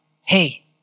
hey